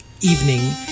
evening